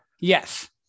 Yes